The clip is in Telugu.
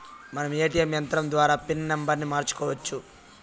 మనం ఏ.టీ.యం యంత్రం ద్వారా పిన్ నంబర్ని మార్చుకోవచ్చు